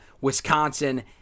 Wisconsin